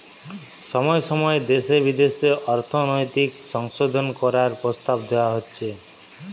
সময় সময় দেশে বিদেশে অর্থনৈতিক সংশোধন করার প্রস্তাব দেওয়া হচ্ছে